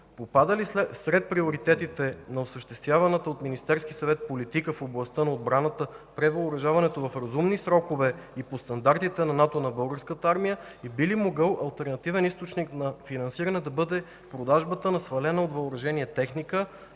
попада ли сред приоритетите на осъществяваната от Министерския съвет политика в областта на отбраната превъоръжаването в разумни срокове и по стандартите на НАТО на Българската армия? Би ли могъл алтернативен източник на финансиране да бъде продажбата на свалена от въоръжение техника,